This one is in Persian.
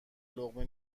لقمه